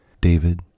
David